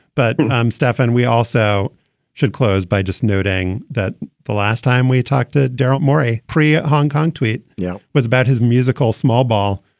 but i'm stefan. we also should close by just noting that the last time we talked to daryl morey prior hong kong tweet yeah was about his musical small ball,